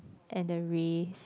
and the rays